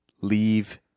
Leave